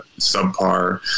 subpar